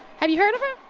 have you heard of her?